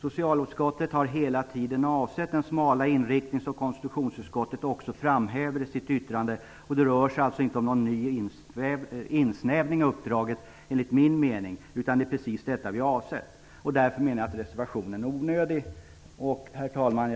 Socialutskottet har hela tiden avsett den smala inriktning som konstitutionsutskottet framhäver i sitt yttrande. Det rör sig alltså enligt min mening inte om någon ny insnävning av uppdraget, utan det är precis detta vi avsett. Därför menar jag att reservationen är onödig. Herr talman!